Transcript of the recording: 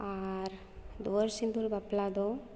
ᱟᱨ ᱫᱩᱣᱟᱹᱨ ᱥᱤᱸᱫᱩᱨ ᱵᱟᱯᱞᱟᱫᱚ